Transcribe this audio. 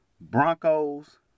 Broncos